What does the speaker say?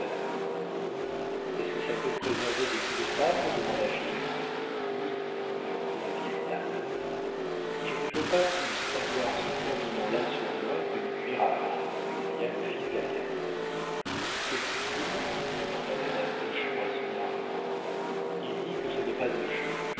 est-ce que ça peut préserver des coups de sabre demanda philippe oui répondit la vieille dame je ne peux pas plus avoir ce fourniment là sur moi qu'une cuirasse s'écria le fils d'agathe que dit-il demanda madame hochon à son mari il dit que ce n'est pas de jeu